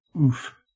Oof